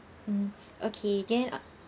mm okay then